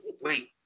Wait